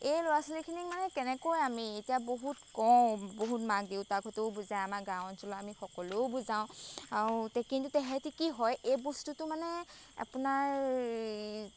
এই ল'ৰা ছোৱালীখিনিক মানে কেনেকৈ আমি এতিয়া বহুত কওঁ বহুত মাক দেউতাকহঁতেও বুজায় আমাৰ গাঁও অঞ্চলৰ আমি সকলোৱেও বুজাও কিন্তু তেহেঁতি কি হয় এই বস্তুটো মানে আপোনাৰ